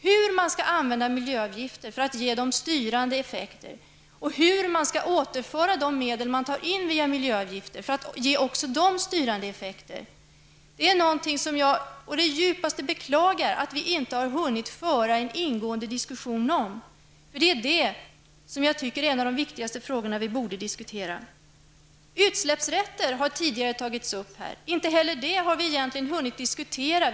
Hur man skall använda miljöavgifter för att ge dem styrande effekter och hur man skall återföra de medel man tar in via miljöavgifter för att ge också dem en styrande effekt är någonting som jag å det djupaste beklagar att vi inte har hunnit föra en ingående diskussion om. Det är detta som jag tycker är en av de viktigaste frågorna, som vi borde diskutera. Utsläppsrätter har tidigare tagits upp. Inte heller dessa har vi egentligen hunnit diskutera.